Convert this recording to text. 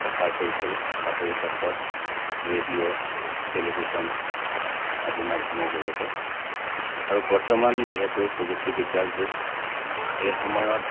প্ৰচাৰ কৰিছিল বাতৰি কাকত ৰেডিঅ' টেলিভিশ্যন আদি মাধ্যমৰ জৰিয়তে আৰু বৰ্তমান যিহেতু প্ৰযুক্তিবিদ্যাৰ যুগ এই সময়ত